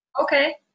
okay